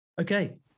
Okay